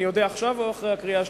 אני אודה עכשיו או אחרי הקריאה השלישית?